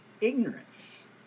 ignorance